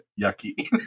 yucky